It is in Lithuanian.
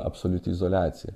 absoliuti izoliacija